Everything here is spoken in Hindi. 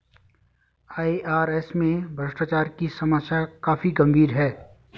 आई.आर.एस में भ्रष्टाचार की समस्या काफी गंभीर है